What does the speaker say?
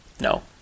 No